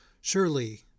Surely